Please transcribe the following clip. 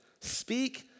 Speak